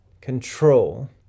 Control